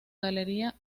galería